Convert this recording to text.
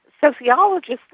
sociologists